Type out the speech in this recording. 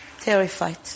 Terrified